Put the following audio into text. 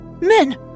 Men